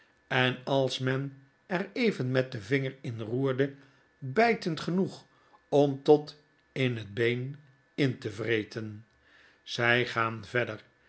en als men er even met den vinger in roerde bytend genbeg om tot in het been in te vreten zy gaan verder